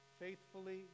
faithfully